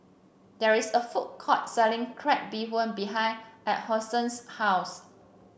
there is a food court selling Crab Bee Hoon behind Alphonse's house